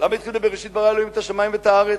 למה התחיל ב"בראשית ברא אלהים את השמים ואת הארץ"?